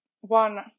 one